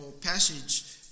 passage